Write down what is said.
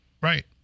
right